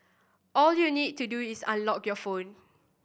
all you need to do is unlock your phone